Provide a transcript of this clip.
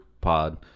pod